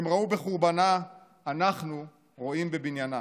הם ראו בחורבנה, אנחנו רואים בבניינה.